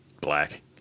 black